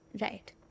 Right